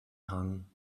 hang